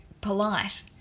polite